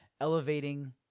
Elevating